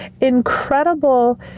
incredible